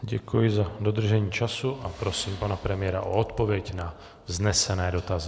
Děkuji za dodržení času a prosím pana premiéra o odpověď na vznesené dotazy.